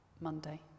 Monday